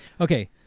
okay